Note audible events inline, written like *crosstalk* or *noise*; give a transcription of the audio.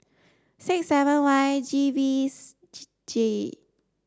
six seven Y G V *unintelligible* J